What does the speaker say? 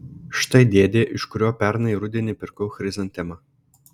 štai dėdė iš kurio pernai rudenį pirkau chrizantemą